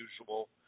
usual